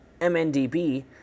MNDB